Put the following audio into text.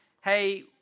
hey